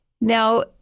Now